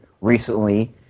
recently